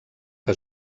que